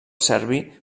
serbi